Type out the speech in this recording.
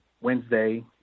Wednesday